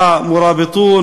ה"מוראביטון",